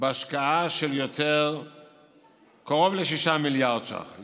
בהשקעה של קרוב ל-6 מיליארד שקלים.